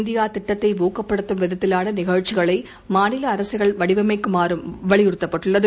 இந்தியாதிட்டத்தைஊக்கப்படுத்தும் விதத்திலானநிகழ்ச்சிகளைமாநிலஅரசுகள் சுயசாா்பு வடிவமைக்குமாறும் வலியுறுத்தப்பட்டுள்ளது